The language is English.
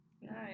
nice